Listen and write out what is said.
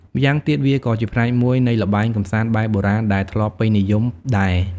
ម៉្យាងទៀតវាក៏ជាផ្នែកមួយនៃល្បែងកំសាន្តបែបបុរាណដែលធ្លាប់ពេញនិយមដែរ។